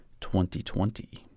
2020